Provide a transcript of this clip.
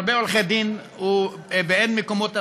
הרבה עורכי דין ואין מספיק מקומות עבודה,